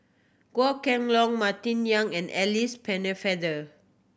Goh Kheng Long Martin Yan and Alice Pennefather